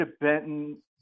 Benton